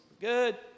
good